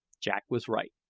jack was right.